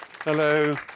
Hello